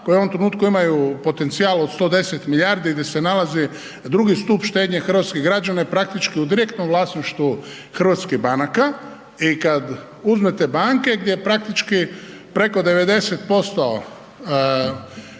koja u ovom trenutku imaju potencijal od 110 milijardi gdje se nalazi drugi stup štednje hrvatskih građana je praktički u direktnom vlasništvu hrvatskih banaka i kad uzmete banke gdje je praktički preko 90%